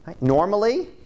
Normally